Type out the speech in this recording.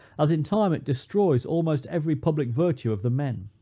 as in time it destroys almost every public virtue of the men.